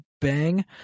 bang